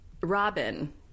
Robin